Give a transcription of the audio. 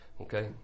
Okay